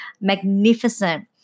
magnificent